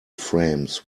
frames